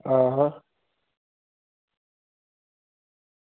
आं